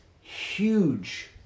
huge